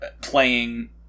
playing